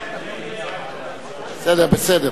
מסדר-היום את הצעת חוק ביטוח בריאות ממלכתי (תיקון,